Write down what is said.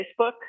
Facebook